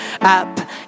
Up